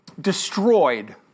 destroyed